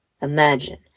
Imagine